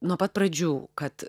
nuo pat pradžių kad